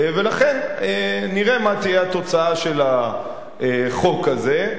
ולכן נראה מה תהיה התוצאה של החוק הזה.